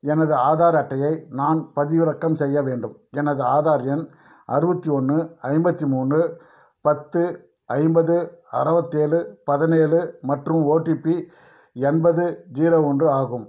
எனது ஆதார் அட்டையை நான் பதிவிறக்கம் செய்ய வேண்டும் எனது ஆதார் எண் அறுபத்தி ஒன்று ஐம்பத்தி மூணு பத்து ஐம்பது அறுவத்து ஏழு பதினேழு மற்றும் ஓடிபி எண்பது ஜீரோ ஒன்று ஆகும்